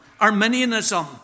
Arminianism